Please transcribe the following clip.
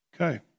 Okay